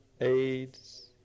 AIDS